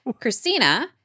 Christina